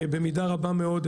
תודה רבה.